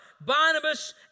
Barnabas